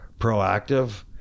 proactive